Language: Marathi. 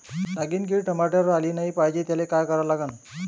नागिन किड टमाट्यावर आली नाही पाहिजे त्याले काय करा लागन?